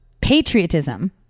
Patriotism